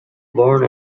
born